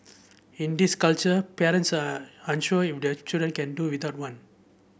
in this culture parents are unsure if their children can do without one